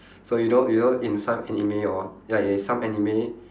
so you know you know in some anime hor ya in some anime